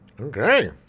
Okay